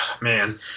man